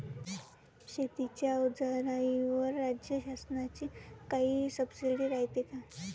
शेतीच्या अवजाराईवर राज्य शासनाची काई सबसीडी रायते का?